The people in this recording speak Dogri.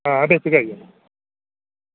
आं बिच गै आई जाना